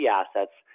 assets